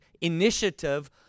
initiative